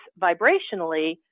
vibrationally